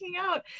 out